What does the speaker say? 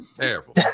Terrible